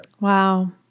Wow